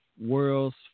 world's